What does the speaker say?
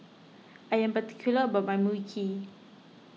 I am particular about my Mui Kee